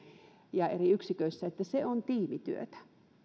ja eri yksiköissä teemme työtä tiedämme että se on tiimityötä